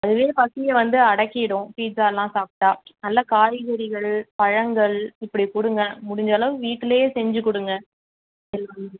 அதுவே பசியை வந்து அடக்கிவிடும் பீட்ஸாயெல்லாம் சாப்பிட்டா நல்ல காய்கறிகள் பழங்கள் இப்படி கொடுங்க முடிஞ்சளவு வீட்லேயே செஞ்சு கொடுங்க ஹெல்த்தி